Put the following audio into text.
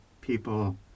people